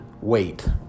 Wait